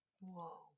Whoa